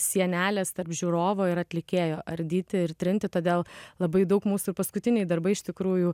sienelės tarp žiūrovo ir atlikėjo ardyti ir trinti todėl labai daug mūsų ir paskutiniai darbai iš tikrųjų